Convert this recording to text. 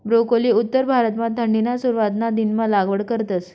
broccoli उत्तर भारतमा थंडीना सुरवातना दिनमा लागवड करतस